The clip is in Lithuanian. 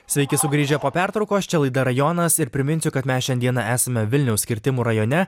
sveiki sugrįžę po pertraukos čia laida rajonas ir priminsiu kad mes šiandieną esame vilniaus kirtimų rajone